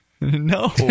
no